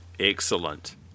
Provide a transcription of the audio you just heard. Excellent